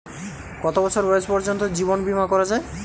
কত বছর বয়স পর্জন্ত জীবন বিমা করা য়ায়?